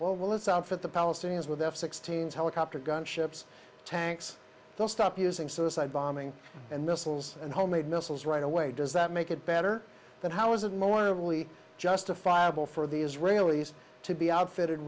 this outfit the palestinians with f sixteen helicopter gunships tanks they'll stop using suicide bombing and missiles and homemade missiles right away does that make it better than how is it morally justifiable for the israelis to be outfitted